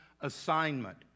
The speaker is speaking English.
assignment